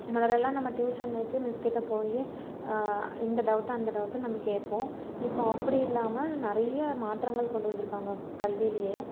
முதலல்லாம் நம்ம டியூசன் வச்சு மிஸ்கிட்ட போய் இந்த டவுட்டு அந்த டவுட்டுனு நம்ம கேட்போம் இப்போது அப்படி இல்லாமல் நிறைய மாற்றங்கள் கொண்டு வந்திருக்காங்க கல்வியிலேயே